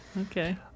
Okay